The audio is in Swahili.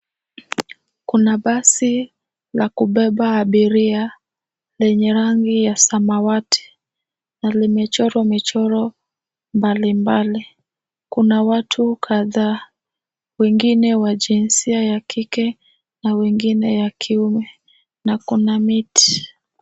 Kuna basi la kubeba abiria lenye rangi ya samawati na limechorwa michoro mbalimbali. Kuna watu kadhaa wengine wa jinsia ya kike na wengine ya kiume na kuna miti.